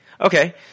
Okay